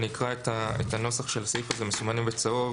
אני אקרא את הנוסח של הסעיף הזה, שמסומן בצהוב: